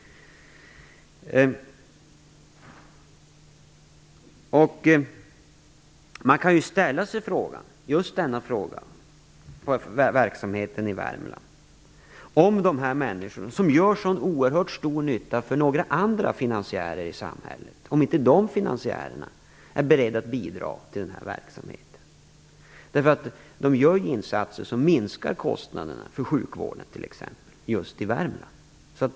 Man kan ställa sig just denna fråga om verksamheten i Värmland: De här människorna gör en oerhört stor nytta för några andra finansiärer i samhället, är inte de finansiärerna beredda att bidra till den här verksamheten? De här människorna gör ju insatser som minskar kostnaderna för t.ex. sjukvården i Värmland.